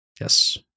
Yes